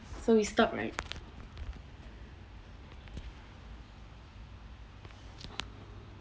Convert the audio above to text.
so we stop right